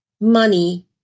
Money